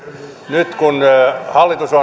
nyt kun hallitus on